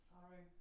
Sorry